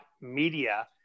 Media